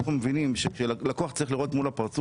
אנחנו מבינים שלקוח צריך לראות מול הפנים שלו,